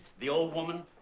the old woman,